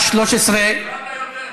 עווד אל-כנסת מרגי.